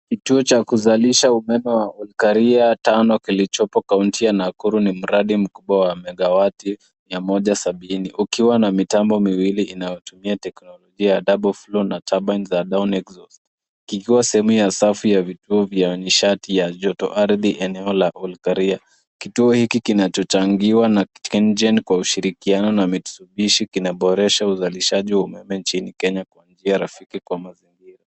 Kituo cha kuzalisha umeme wa Olkaria, taoni kilichopo Kaunti ya Nakuru ni mradi mdogo wa megawati, mia moja sabini, ukiwa na mitambo miwili inayotumia teknolojia ya double flow na turbines za down exhaust . Kikiwa sehemu ya safu ya vituo ya nishati ya joto ardhi eneo la Olkaria. Kitu hiki kinachochangiwa na KenGen kwa ushirikiano na Mitsubishi kinaboresha uzalishaji wa umeme nchini Kenya kwa njia rafiki kwa mazingira.